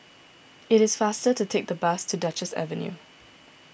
it is faster to take the bus to Duchess Avenue